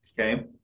Okay